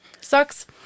Sucks